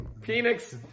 Phoenix